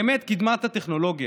באמת, קדמת הטכנולוגיה,